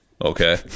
Okay